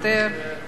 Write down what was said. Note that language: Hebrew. מירי רגב.